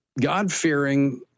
God-fearing